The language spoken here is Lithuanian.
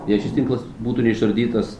jei šis tinklas būtų neišardytas